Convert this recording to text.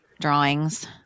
drawings